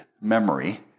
memory